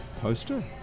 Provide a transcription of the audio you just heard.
poster